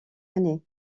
années